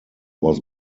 was